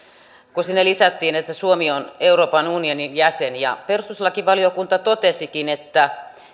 kun sinne lisättiin että suomi on euroopan unionin jäsen ja perustuslakivaliokunta totesikin että